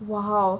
!wow!